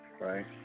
right